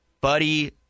Buddy